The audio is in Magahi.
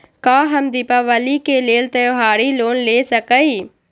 का हम दीपावली के लेल त्योहारी लोन ले सकई?